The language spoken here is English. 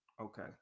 Okay